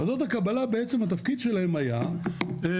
ועדות הקבלה אז התפקיד שלהן היה לרסן,